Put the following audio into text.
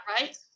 right